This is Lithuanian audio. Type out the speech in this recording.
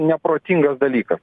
neprotingas dalykas